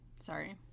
Sorry